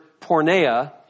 porneia